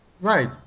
Right